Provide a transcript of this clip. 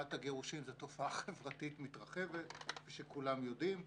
תופעת הגירושין היא תופעה חברתית מתרחבת כפי שכולם יודעים.